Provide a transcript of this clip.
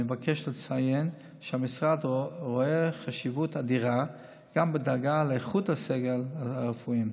אני מבקש לציין שהמשרד רואה חשיבות אדירה גם בדאגה לאיכות הסגל הרפואי.